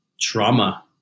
trauma